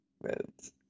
roads